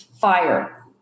fire